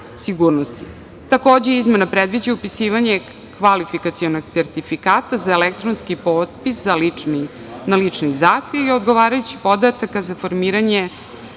izmena predviđa upisivanje kvalifikacionog sertifikata za elektronski potpis na lični zahtev i odgovarajućih podataka za formiranje